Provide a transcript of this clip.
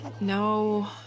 No